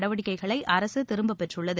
நடவடிக்கைகளை அரசு திரும்பப் பெற்றுள்ளது